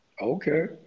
okay